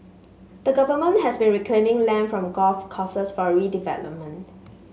the government has been reclaiming land from golf courses for redevelopment